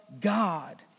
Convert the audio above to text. God